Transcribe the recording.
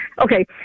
okay